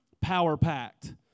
power-packed